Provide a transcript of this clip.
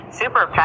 super